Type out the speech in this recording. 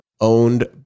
owned